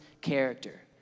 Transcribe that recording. character